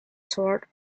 sort